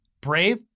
brave